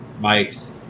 mics